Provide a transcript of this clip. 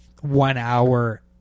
one-hour